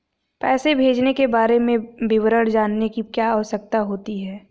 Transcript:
पैसे भेजने के बारे में विवरण जानने की क्या आवश्यकता होती है?